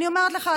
אני אומרת לך,